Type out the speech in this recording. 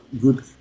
good